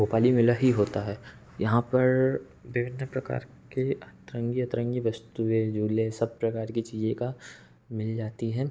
भोपाली मेला ही होता है यहाँ पर विभिन्न प्रकार के अतरंगी अतरंगी वस्तुएं झूले सब प्रकार की चीज़ों का मिल जाती हैं